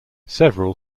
several